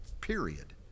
period